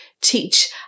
teach